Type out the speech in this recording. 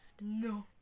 No